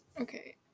Okay